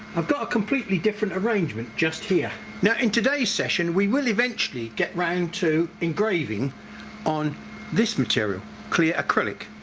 i've got a completely different arrangement just here. now in today's session we will eventually get round to engraving on this material, clear acrylic.